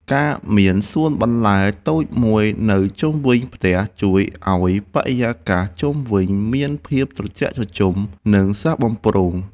ការមានសួនបន្លែតូចមួយនៅជុំវិញផ្ទះជួយឱ្យបរិយាកាសជុំវិញមានភាពត្រជាក់ត្រជុំ និងស្រស់បំព្រង។